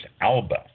alba